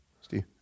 Steve